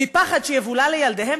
מפחד שיבולע לילדיהם,